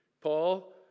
Paul